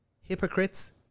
Hypocrites